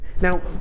Now